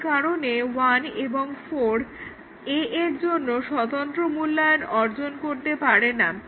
এই কারণে 1 এবং 4 A এর জন্য স্বতন্ত্র মূল্যায়ন অর্জন করতে পারে না